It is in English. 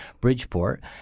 Bridgeport